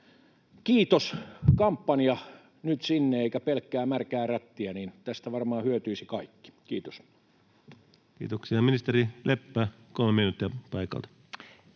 kiitoskampanja nyt sinne, eikä pelkkää märkää rättiä, niin tästä varmaan hyötyisivät kaikki. — Kiitos. Kiitoksia. — Ministeri Leppä, 3 minuuttia paikalta.